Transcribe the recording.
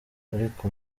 ariko